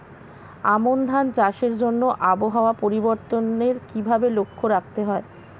আমন ধান চাষের জন্য আবহাওয়া পরিবর্তনের কিভাবে লক্ষ্য রাখতে হয়?